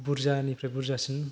बुरजानिफ्राय बुरजासिन